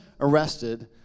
arrested